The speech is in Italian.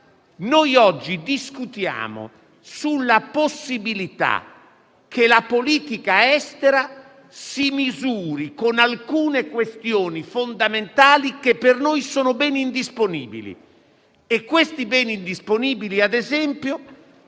Noi oggi discutiamo sulla possibilità che la politica estera si misuri con alcune questioni fondamentali che per noi sono beni indisponibili, tra cui, ad esempio,